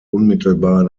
unmittelbar